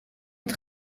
het